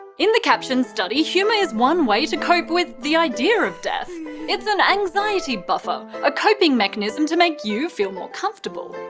in the caption study, humour is one way to cope with the idea of death it's an anxiety buffer, a coping mechanism to make you feel more comfortable.